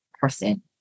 person